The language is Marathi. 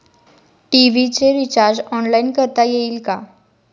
टी.व्ही चे रिर्चाज ऑनलाइन करता येईल का?